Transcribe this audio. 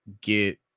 get